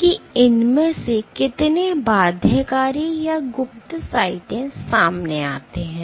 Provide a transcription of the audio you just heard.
कि इनमें से कितने बाध्यकारी या गुप्त साइटें सामने आते हैं